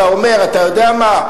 אתה אומר: אתה יודע מה,